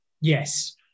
Yes